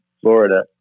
Florida